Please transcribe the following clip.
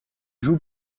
joue